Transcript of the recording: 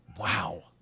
wow